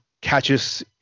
catches